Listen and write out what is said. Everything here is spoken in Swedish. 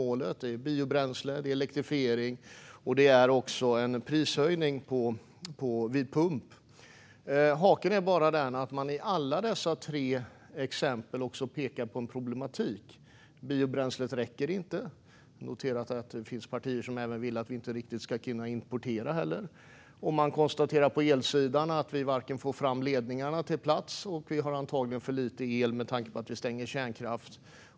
Det handlar om biobränsle, elektrifiering och en prishöjning vid pump. Haken är bara man i alla dessa tre exempel pekar på en problematik. Biobränslet räcker inte. Jag har noterat att det också finns partier som inte riktigt vill att vi ska kunna importera detta. Vad gäller elsidan konstateras att vi varken får fram ledningar på plats och att vi antagligen har för lite el med tanke på att vi stänger kärnkraft.